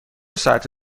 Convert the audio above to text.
ساعت